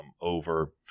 over